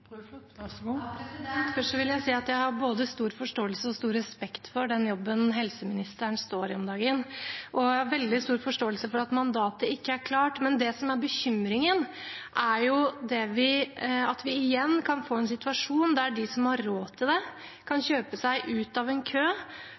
Først vil jeg si at jeg har både stor forståelse og stor respekt for den jobben helseministeren står i om dagen, og jeg har veldig stor forståelse for at mandatet ikke er klart. Men det som er bekymringen, er at vi igjen kan få en situasjon der de som har råd til det, kan